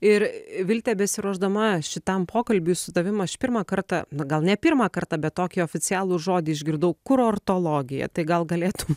ir vilte besiruošdama šitam pokalbiui su tavim aš pirmą kartą na gal ne pirmą kartą bet tokį oficialų žodį išgirdau kurortologija tai gal galėtum